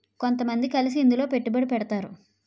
కొంతమంది కలిసి ఇందులో పెట్టుబడి పెడతారు